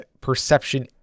perception